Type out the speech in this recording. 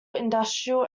industrial